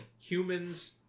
humans